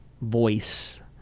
voice